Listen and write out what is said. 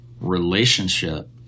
relationship